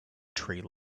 tree